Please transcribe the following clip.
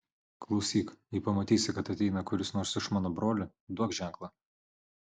klausyk jei pamatysi kad ateina kuris nors iš mano brolių duok ženklą